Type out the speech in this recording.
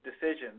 decisions